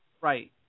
Right